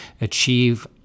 achieve